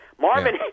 Marvin